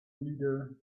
leader